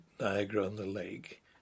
Niagara-on-the-Lake